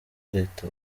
leta